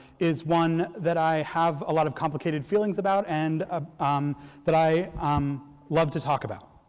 is one that i have a lot of complicated feelings about and ah um that i um love to talk about.